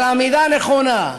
אבל עמידה נכונה,